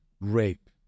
rape